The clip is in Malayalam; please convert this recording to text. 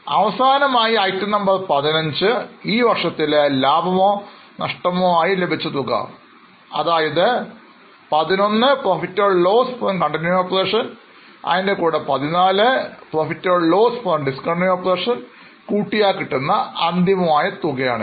അവസാനമായി ഐറ്റം നമ്പർ XV ഈ വർഷത്തിലെ ലാഭമോ നഷ്ടമോ ആയി ലഭിച്ച തുക അതായത് XI Profit or loss from continuing operation അതിൻറെ കൂടെ XIV profitloss from discontinuing operation കൂട്ടിയാൽ കിട്ടുന്ന അന്തിമ തുകയാണിത്